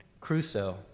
Crusoe